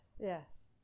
yes